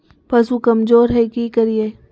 पशु कमज़ोर है कि करिये?